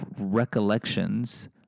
recollections